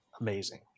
amazing